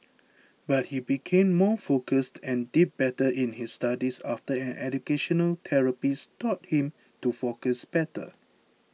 but he became more focused and did better in his studies after an educational therapist taught him to focus better